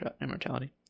immortality